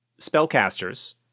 spellcasters